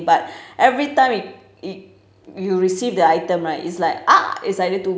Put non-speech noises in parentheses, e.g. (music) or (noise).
but every time it it you received the item right it's like (noise) it's either too